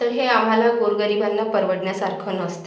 तर हे आम्हाला गोरगरिबांना परवडण्यासारखं नसते